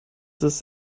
das